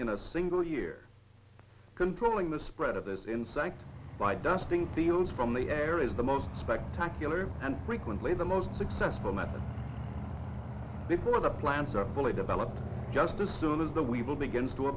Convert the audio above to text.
in a single year controlling the spread of this insect by dusting fields from the air is the most spectacular and frequently the most successful method before the plants are fully developed just as soon as the we will begin to